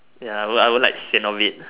ya I will I will like sian of it